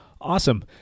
Awesome